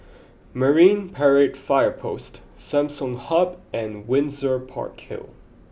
Marine Parade Fire Post Samsung Hub and Windsor Park Hill